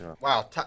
wow